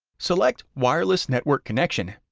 select wireless network connection,